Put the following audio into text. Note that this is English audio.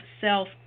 self